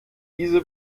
diese